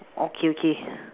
okay okay